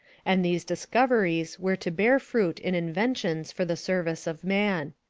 and these discoveries were to bear fruit in inventions for the service of man.